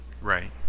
Right